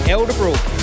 Elderbrook